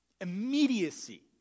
Immediacy